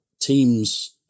Teams